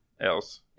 else